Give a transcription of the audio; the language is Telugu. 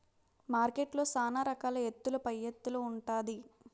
మార్కెట్లో సాన రకాల ఎత్తుల పైఎత్తులు ఉంటాది